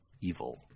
evil